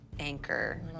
Anchor